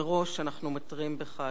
מראש אנחנו מתרים בך,